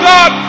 God